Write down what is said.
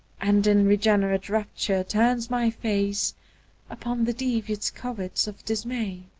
and in regenerate rapture turns my face upon the devious coverts of dismay?